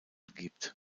gibt